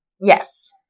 Yes